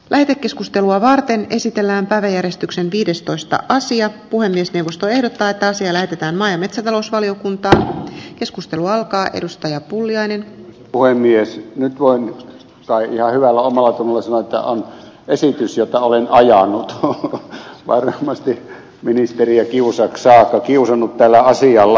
lähetekeskustelua varten käsitellään päiväjärjestyksen viidestoista asiat puhemiesneuvosto ehdottaa että asia lähetetään maa ja metsätalousvaliokunta keskustelua kansanedustaja pulliainen puhemies nyt voin kai ihan hyvällä omallatunnolla sanoa että tämä on esitys jota olen ajanut varmasti ministeriä kiusaksi saakka kiusannut tällä asialla